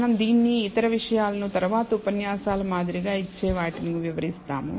మనం దీన్ని ఇతర విషయాలు ను తరువాతి ఉపన్యాసాల మాదిరిగా ఇచ్చే వాటిని వివరిస్తాము